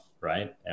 right